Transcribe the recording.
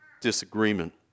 disagreement